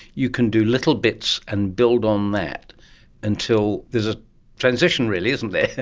you can do little bits and build on that until there is a transition really, isn't there,